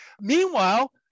Meanwhile